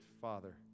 Father